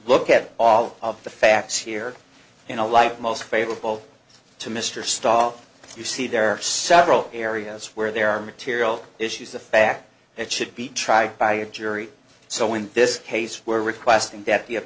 look at all of the facts here in a life most favorable to mr starr you see there are several areas where there are material issues the fact that should be tried by a jury so in this case we're requesting that